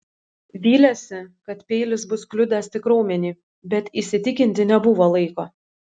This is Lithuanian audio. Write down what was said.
vylėsi kad peilis bus kliudęs tik raumenį bet įsitikinti nebuvo laiko